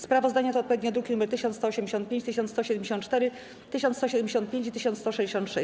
Sprawozdania to odpowiednio druki nr 1185, 1174, 1175 i 1166.